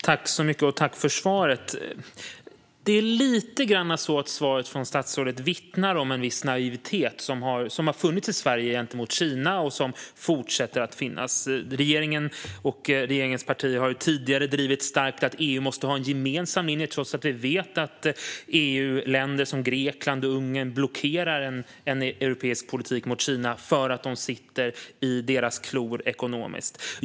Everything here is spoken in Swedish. Fru talman! Tack för svaret! Det är lite grann så att svaret från statsrådet vittnar om en viss naivitet som har funnits i Sverige gentemot Kina och som fortsätter att finnas. Regeringen och regeringspartierna har tidigare starkt drivit att EU måste ha en gemensam linje, trots att vi vet att EU-länder som Grekland och Ungern blockerar en europeisk politik mot Kina därför att de sitter i Kinas klor ekonomiskt.